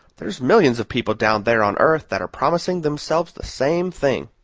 there's millions of people down there on earth that are promising themselves the same thing.